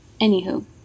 anywho